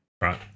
Right